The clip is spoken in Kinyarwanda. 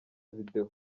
video